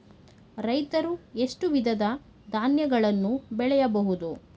ರೈತರು ಎಷ್ಟು ವಿಧದ ಧಾನ್ಯಗಳನ್ನು ಬೆಳೆಯಬಹುದು?